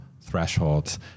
thresholds